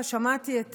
שמעתי את